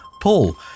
Paul